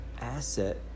asset